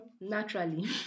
naturally